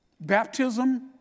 Baptism